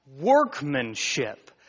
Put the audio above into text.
workmanship